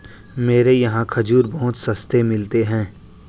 मेरे यहाँ खजूर बहुत सस्ते मिलते हैं